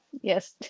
Yes